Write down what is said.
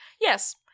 Yes